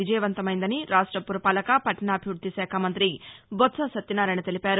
విజయవంతమైందని రాష్ట పురపాలక పట్టణాభివృద్ది శాఖ మంతి బొత్స సత్యనారాయణ తెలిపారు